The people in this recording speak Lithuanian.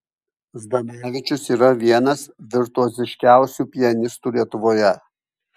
zdanavičius yra vienas virtuoziškiausių pianistų lietuvoje